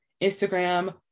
Instagram